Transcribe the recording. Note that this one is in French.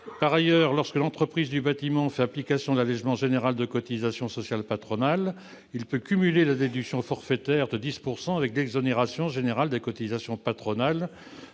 Par ailleurs, lorsque l'entreprise du bâtiment fait application de l'allégement général de cotisations sociales patronales, elle peut cumuler la déduction forfaitaire de 10 % avec celle-ci. Or, l'article 8 du projet